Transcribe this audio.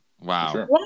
Wow